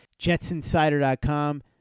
jetsinsider.com